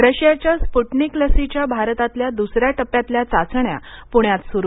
रशियाच्या स्पूटनिक लसीच्या भारतातल्या दूसऱ्या टप्प्यातल्या चाचण्या पूण्यात सूरु